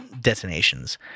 destinations